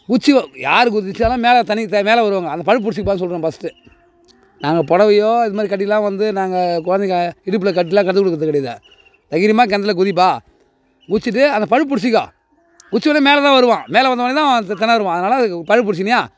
குதித்து யாரு குதிச்சாலும் மேல தண்ணி தே மேல வருவாங்க அந்த பழுப்பு பிடிச்சி பழக சொல்கிறேன் ஃபஸ்டு நாங்கள் புடவையோ இதுமாதிரி கட்டிலாம் வந்து நாங்க குழந்தைங்க இடுப்பில் கட்டிலாம் கத்துக்குடுக்கிறது கிடையாது தைரியமாக கிணத்துல குதிப்பாக குதிச்சிட்டு அந்த பழுப்பு பிடிச்சிக்கோ குதிச்ச உடன மேலதான் வருவான் மேல வந்த விடனும் தெ திணருவான் அதனால பழுப்பு பிடுச்சிக்கினியா